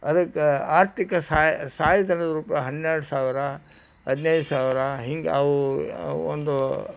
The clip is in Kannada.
ಅದಕ್ಕೆ ಆರ್ಥಿಕ ಸಹಾಯಧನದ ರೂಪ ಹನ್ನೆರಡು ಸಾವಿರ ಹದಿನೈದು ಸಾವಿರ ಹಿಂಗೆ ಅವು ಒಂದು